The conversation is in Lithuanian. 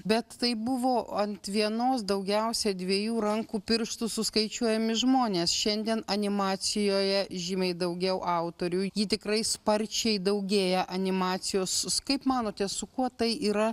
bet tai buvo ant vienos daugiausia dviejų rankų pirštų suskaičiuojami žmonės šiandien animacijoje žymiai daugiau autorių ji tikrai sparčiai daugėja animacijos kaip manote su kuo tai yra